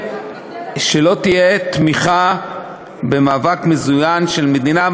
שלא תהיה תמיכה במאבק מזוין של מדינה,